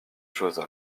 choses